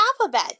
alphabet